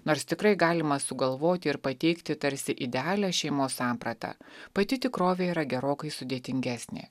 nors tikrai galima sugalvoti ir pateikti tarsi idealią šeimos sampratą pati tikrovė yra gerokai sudėtingesnė